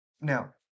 Now